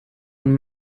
und